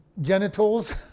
genitals